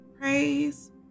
praise